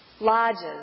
lodges